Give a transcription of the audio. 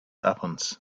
happens